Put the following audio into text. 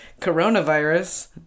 coronavirus